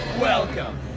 Welcome